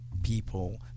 people